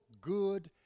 good